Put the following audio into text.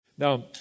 Now